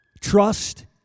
Trust